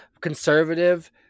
conservative